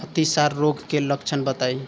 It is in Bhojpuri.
अतिसार रोग के लक्षण बताई?